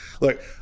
Look